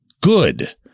good